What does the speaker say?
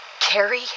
carrie